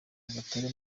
nyagatare